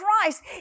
Christ